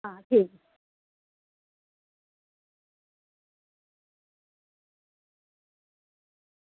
हां ठीक ऐ